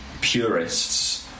purist's